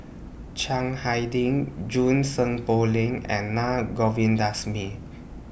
Chiang Hai Ding Junie Sng Poh Leng and Naa Govindasamy